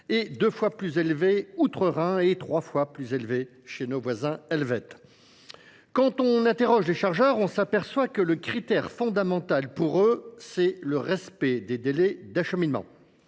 est deux fois plus élevée outre Rhin et trois fois plus élevée chez nos voisins Helvet ? Quand on interroge les chargeurs, on s'aperçoit que le critère fondamental pour eux, c'est le respect des délais d'acheminement.